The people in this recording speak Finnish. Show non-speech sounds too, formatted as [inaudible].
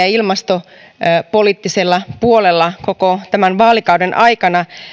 [unintelligible] ja ilmastopoliittisella puolella koko tämän vaalikauden aikana aihe